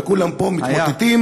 וכולם פה מתמוטטים,